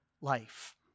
life